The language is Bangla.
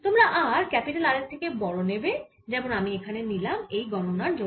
তোমরা r ক্যাপিটাল R এর থেকে বড় নেবে যেমন আমি এখানে নিলাম এই গণনার জন্য